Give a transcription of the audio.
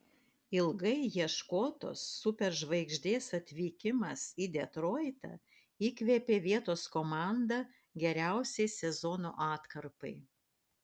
ilgai ieškotos superžvaigždės atvykimas į detroitą įkvėpė vietos komandą geriausiai sezono atkarpai